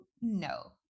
No